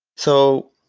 so,